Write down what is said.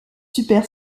super